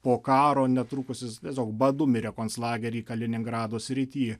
po karo netrukus jis tiesiog badu mirė konclagery kaliningrado srity